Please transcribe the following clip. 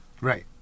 Right